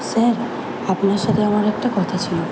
sir আপনার সাথে আমার একটা কথা ছিল